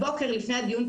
הבוקר לפני הדיון,